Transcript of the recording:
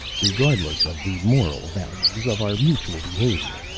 regardless of the moral values of our mutual behavior,